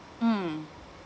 mmhmm